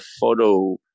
photo